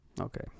Okay